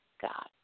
God